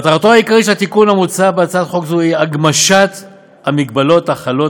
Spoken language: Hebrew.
מטרתו העיקרית של התיקון המוצע בהצעת חוק זו היא הגמשת המגבלות החלות